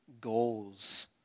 goals